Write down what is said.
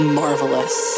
marvelous